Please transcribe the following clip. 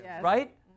right